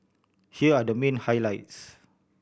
here are the main highlights